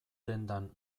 dendan